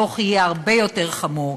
הדוח יהיה הרבה יותר חמור.